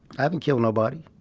i haven't killed nobody.